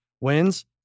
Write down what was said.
wins